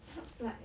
help like